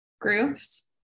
groups